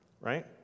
Right